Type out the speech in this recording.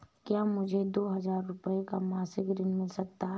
क्या मुझे दो हजार रूपए का मासिक ऋण मिल सकता है?